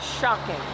shocking